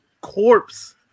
corpse